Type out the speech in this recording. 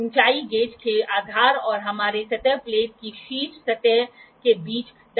और y यह विस्थापन है यह विस्थापन इसलिए है क्योंकि संदर्भ प्लेट या दर्पण जिसे वर्कपीस पर रखा जाता है यह वर्कपीस है